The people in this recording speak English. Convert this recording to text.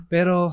Pero